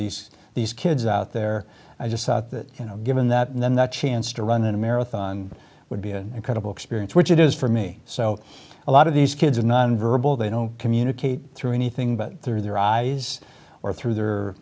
these these kids out there i just thought that you know given that and then that chance to run a marathon would be an incredible experience which it is for me so a lot of these kids non verbal they don't communicate through anything but through their eyes or through their